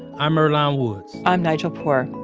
i'm earlonne woods i'm nigel poor.